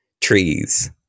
Trees